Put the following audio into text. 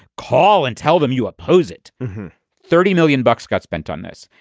call and tell them you oppose it thirty million bucks got spent on this.